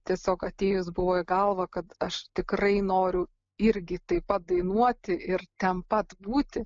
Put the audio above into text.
tiesiog atėjus buvo į galvą kad aš tikrai noriu irgi taip pat dainuoti ir ten pat būti